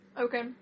okay